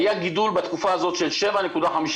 היה גידול בתקופה הזאת של 7.54%,